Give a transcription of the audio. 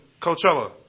Coachella